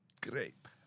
grape